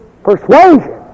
persuasion